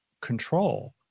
control